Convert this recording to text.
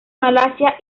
malasia